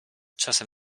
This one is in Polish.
czasem